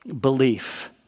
belief